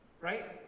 right